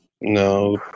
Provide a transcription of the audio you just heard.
No